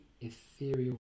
ethereal